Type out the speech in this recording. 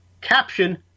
caption